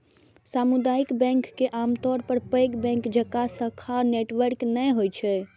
सामुदायिक बैंक के आमतौर पर पैघ बैंक जकां शाखा नेटवर्क नै होइ छै